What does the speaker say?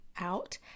out